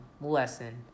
lesson